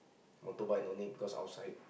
motorbike no need cause outside